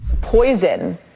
Poison